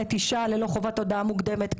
נטישה ללא חובת הודעה מוקדמת.